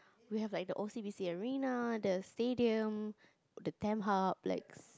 we have like the O_C_B_C arena the stadium the tamp hub likes